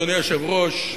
אדוני היושב-ראש,